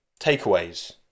takeaways